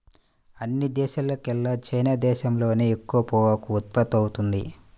అన్ని దేశాల్లోకెల్లా చైనా దేశంలోనే ఎక్కువ పొగాకు ఉత్పత్తవుతుంది